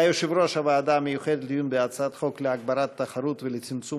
יושב-ראש הוועדה המיוחדת לדיון בהצעת חוק להגברת התחרות ולצמצום